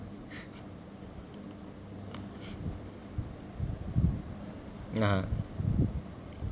nah